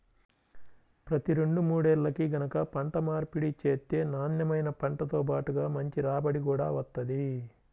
ప్రతి రెండు మూడేల్లకి గనక పంట మార్పిడి చేత్తే నాన్నెమైన పంటతో బాటుగా మంచి రాబడి గూడా వత్తది